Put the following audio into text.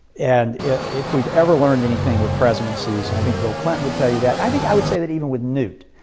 and if we've ever learned anything with presidencies, and i think bill clinton would tell you that, i think i would say that even with newt,